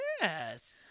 Yes